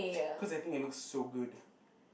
cause I think it looks so good